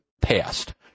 passed